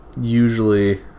usually